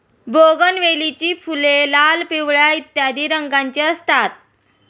बोगनवेलीची फुले लाल, पिवळ्या इत्यादी रंगांची असतात